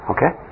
Okay